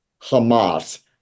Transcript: Hamas